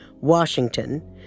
Washington